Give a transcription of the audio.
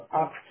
up